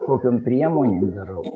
kokiom priemonėm darau